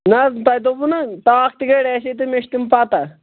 نَہ حظ تۄہہِ دوٚپوُ نَہ مےٚ چھِ تِم پَتَہ